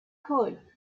could